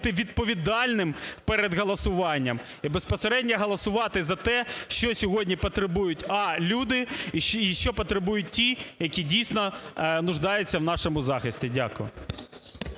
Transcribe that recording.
відповідальним перед голосуванням і, безпосередньо, голосувати за те, що сьогодні потребують, а), люди і що потребують ті, які дійсно нуждаються в нашому захисті. Дякую.